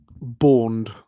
Bond